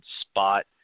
spot